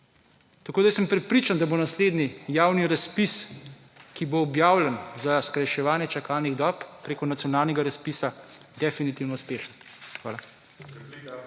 tako da sem prepričan, da bo naslednji javni razpis, ki bo objavljen za skrajševanje čakalnih dob preko nacionalnega razpisa definitivno uspešen. Hvala.